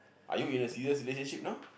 are you in a serious relationship now